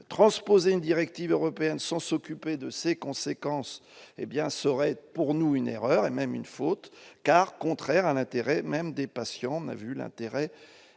transposer une directive européenne, sans s'occuper de ses conséquences, hé bien ce serait pour nous une erreur et même une faute car contraire à l'intérêt même des patients, mais vu l'intérêt